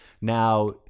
Now